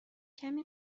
کمی